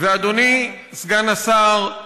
ואדוני סגן השר,